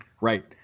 Right